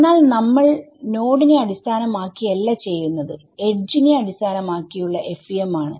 എന്നാൽ നമ്മൾ നൊഡ് നെ അടിസ്ഥാനമാക്കിയല്ല ചെയ്യുന്നത് എഡ്ജ്നെ അടിസ്ഥാനമാക്കിയുള്ള FEM ആണ്